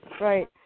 right